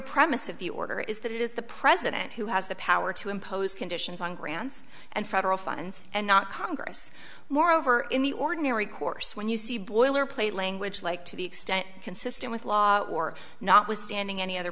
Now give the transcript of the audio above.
premise of the order is that it is the president who has the power to impose conditions on grants and federal funds and not congress moreover in the ordinary course when you see boilerplate language like to the extent consistent with law or notwithstanding any other